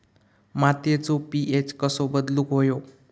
मातीचो पी.एच कसो बदलुक होयो?